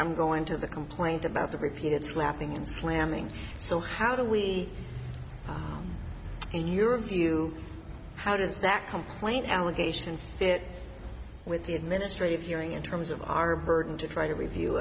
i'm going to the complaint about the repeated slapping and slamming so how do we in europe you how does that complaint allegation fit with the administrative hearing in terms of our burden to try to re